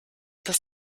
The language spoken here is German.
das